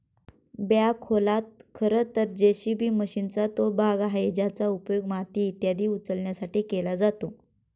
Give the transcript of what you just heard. बॅखोला खरं तर जे.सी.बी मशीनचा तो भाग आहे ज्याचा उपयोग माती इत्यादी उचलण्यासाठी केला जातो